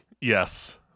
Yes